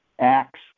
Acts